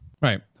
Right